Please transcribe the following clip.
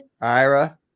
ira